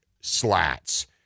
slats